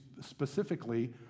specifically